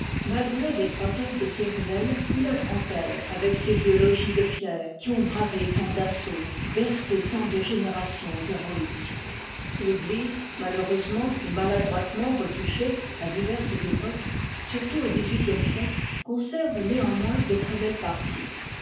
l'immensité malgré l'étroitesse de ses ruelles il a grand air avec ses vieux logis de pierre qui ont bravé tant d'assauts bercé tant de générations héroïques l'église malheureusement et maladroitement retouchée à diverses époques surtout au dix-huitième siècle conserve néanmoins de très belles parties